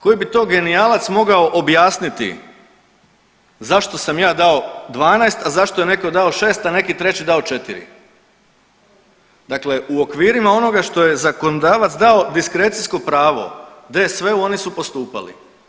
Koji bi to genijalac mogao objasniti zašto sam ja dao 12, a zašto netko dao 6, a neki 3 dao 4. Dakle, u okvirima onoga što je zakonodavac dao diskrecijsko pravo DSV-u oni su postupali.